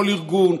כל ארגון,